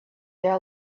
their